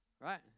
right